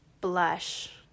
blush